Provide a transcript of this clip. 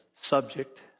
subject